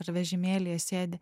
ar vežimėlyje sėdi